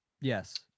yes